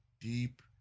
deep